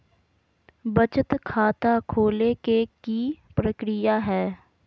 बचत खाता खोले के कि प्रक्रिया है?